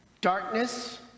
darkness